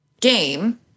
game